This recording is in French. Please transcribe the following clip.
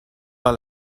par